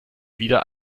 wieder